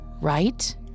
right